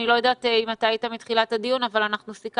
אני לא יודעת אם היית מתחילת הדיון אבל סיכמנו